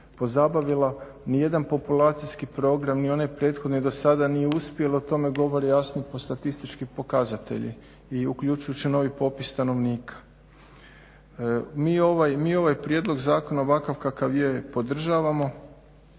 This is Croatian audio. pozabavila. Nijedan populacijski program ni onaj prethodni do sada nije uspio. O tome govori jasni statistički pokazatelji i uključujući novi popis stanovnika. Mi ovaj prijedlog zakona ovakav kakav je podržavamo.